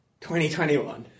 2021